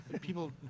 people